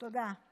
תודה.